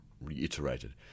reiterated